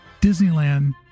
Disneyland